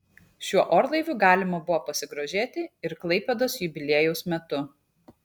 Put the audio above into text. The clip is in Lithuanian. šiuo orlaiviu galima buvo pasigrožėti ir klaipėdos jubiliejaus metu